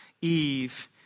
Eve